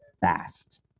fast